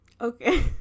Okay